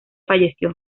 falleció